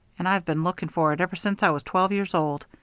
and i've been looking for it ever since i was twelve years old.